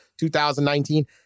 2019